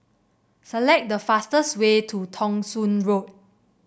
select the fastest way to Thong Soon Road